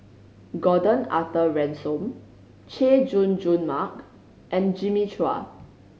Gordon Arthur Ransome Chay Jung Jun Mark and Jimmy Chua